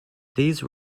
these